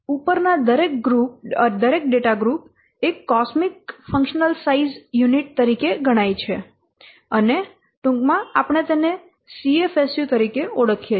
ઉપરના દરેક data group એક કોઝમિક ફંક્શનલ સાઈઝ યુનિટ તરીકે ગણાય છે અને ટૂંકમાં આપણે તેને Cfsu તરીકે ઓળખીએ છીએ